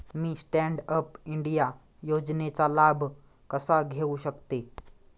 मी stand up India योजनेचा लाभ कसा घेऊ शकते